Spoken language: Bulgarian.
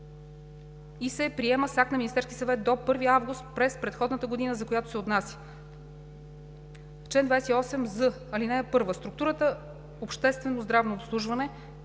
и се приема с акт на Министерския съвет до 1 август през предходната година, за която се отнася. Чл. 28з. (1) Структура „Обществено здравно обслужване“